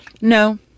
No